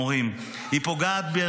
היא טעות שתפגע בסוף בהוראה, במורים.